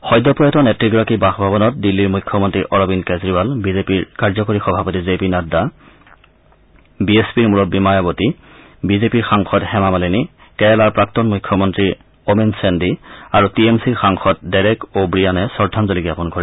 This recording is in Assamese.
সদ্য প্ৰয়াত নেত্ৰীগৰাকীৰ বাসভৱনত দিল্লীৰ মুখ্যমন্ত্ৰী অৰবিন্দ কেজৰিৱাল বিজেপিৰ কাৰ্যকৰী সভাপতি জে পি নাড্ডা বি এছ পিৰ মুৰববী মায়ৱতী বিজেপি সাংসদ হেমামালিনী কেৰালাৰ প্ৰাক্তন মুখ্যমন্ত্ৰী অমেন চেণ্ডী আৰু টি এম চিৰ সাংসদ ডেৰেক অ ৱিয়ানে শ্ৰদ্ধাঞ্জলি জ্ঞাপন কৰে